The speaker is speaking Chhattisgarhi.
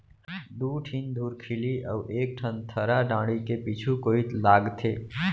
दू ठिन धुरखिली अउ एक ठन थरा डांड़ी के पीछू कोइत लागथे